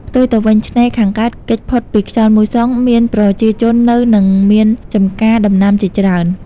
ផ្ទុយទៅវិញ ឆ្នេរខាងកើតគេចផុតពីខ្យល់មូសុង មានប្រជាជនរស់នៅ និង មានចំការដំណាំជាច្រើន ។